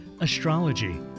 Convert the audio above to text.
astrology